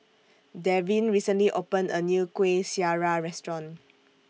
Davin recently opened A New Kuih Syara Restaurant